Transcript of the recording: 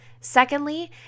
Secondly